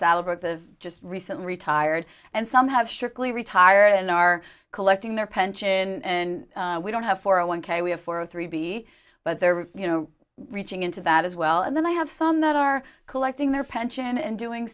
salad with of just recently retired and some have shortly retired and are collecting their pension and we don't have four a one k we have four a three b but there was you know reaching into that as well and then i have some that are collecting their pension and doing